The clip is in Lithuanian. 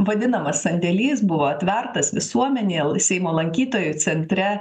vadinamas sandėlys buvo atvertas visuomenė seimo lankytojų centre